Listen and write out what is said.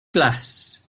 glass